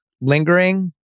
lingering